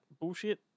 bullshit